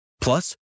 Plus